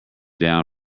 down